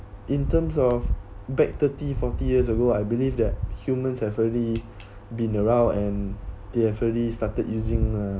in terms of back thirty forty years ago I believe that humans have already been around and they already started using uh